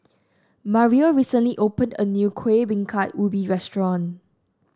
Mario recently opened a new Kueh Bingka Ubi restaurant